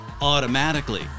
automatically